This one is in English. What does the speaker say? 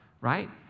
right